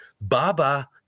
Baba